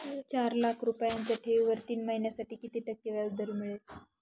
चार लाख रुपयांच्या ठेवीवर तीन महिन्यांसाठी किती टक्के व्याजदर मिळेल?